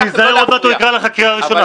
מיקי, תיזהר, עוד מעט הוא יקרא לך קריאה ראשונה.